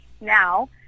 now